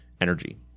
Energy